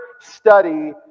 study